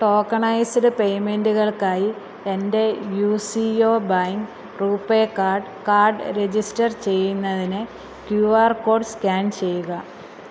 tokenised പേയ്മെൻറുകൾക്കായി എന്റെ U C O bank RuPay card card register ചെയ്യുന്നതിന് ക്യൂ ആർ കോഡ് സ്കാൻ ചെയ്യുക